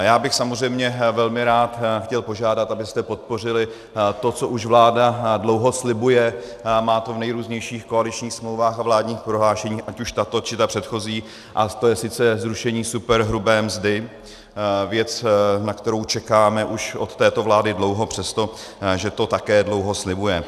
Já bych samozřejmě velmi rád chtěl požádat, abyste podpořili to, co už vláda dlouho slibuje, má to v nejrůznějších koaličních smlouvách a vládních prohlášeních, ať už tato, či ta předchozí, a to je zrušení superhrubé mzdy, věc, kterou čekáme už od této vlády dlouho, přestože to také dlouho slibuje.